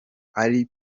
ari